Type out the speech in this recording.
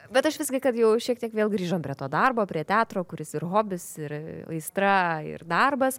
bet aš visgi kad jau šiek tiek vėl grįžom prie to darbo prie teatro kuris ir hobis ir aistra ir darbas